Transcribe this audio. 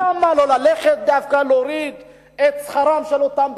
למה לא ללכת ודווקא להוריד את שכרם של אותם בכירים,